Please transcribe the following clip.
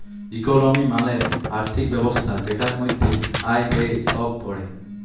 ইকলমি মালে আর্থিক ব্যবস্থা জেটার মধ্যে আয়, ব্যয়ে সব প্যড়ে